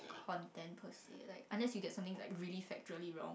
content per se like unless you get something like really factually wrong